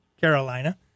Carolina